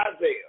Isaiah